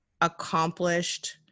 accomplished